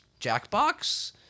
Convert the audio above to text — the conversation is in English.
Jackbox